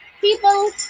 people